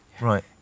Right